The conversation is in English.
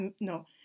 no